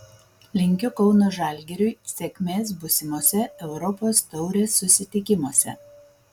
linkiu kauno žalgiriui sėkmės būsimose europos taurės susitikimuose